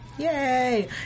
yay